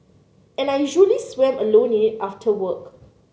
and I usually swam alone in it after work